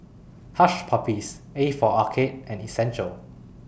Hush Puppies A For Arcade and Essential